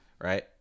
right